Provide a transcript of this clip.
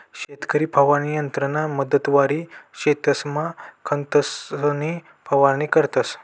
शेतकरी फवारणी यंत्रना मदतवरी शेतसमा खतंसनी फवारणी करतंस